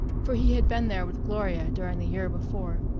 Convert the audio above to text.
for he had been there with gloria during the year before,